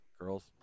girls